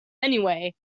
anyway